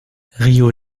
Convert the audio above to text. rio